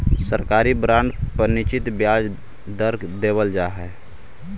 सरकारी बॉन्ड पर निश्चित ब्याज दर देवल जा हइ